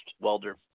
welder